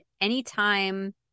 anytime